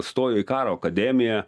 stojo į karo akademiją